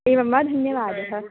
एवं वा धन्यवादः